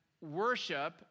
worship